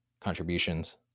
contributions